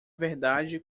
verdade